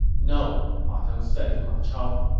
no, ma teng said to ma chao.